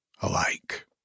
alike